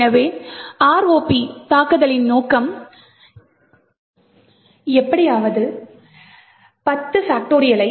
எனவே ROP தாக்குதலின் நோக்கம் எப்படியாவது 10